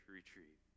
retreat